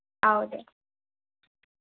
औ दे